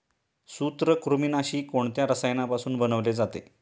सूत्रकृमिनाशी कोणत्या रसायनापासून बनवले जाते?